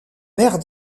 maire